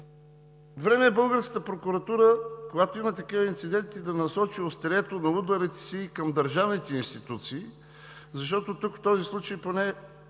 Време е българската прокуратура, когато има такива инциденти, да насочи острието на ударите си към държавните институции, защото в този случай поне